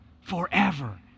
forever